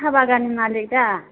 साहा बागाननि मालिक दा